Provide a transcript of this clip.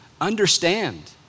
understand